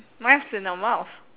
melts in the mouth